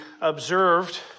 observed